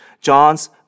John's